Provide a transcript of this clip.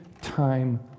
time